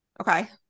Okay